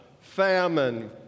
famine